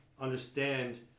understand